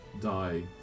die